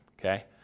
okay